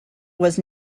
was